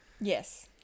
Yes